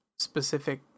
specific